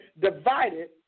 divided